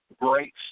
great